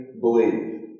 believe